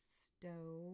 stove